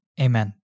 Amen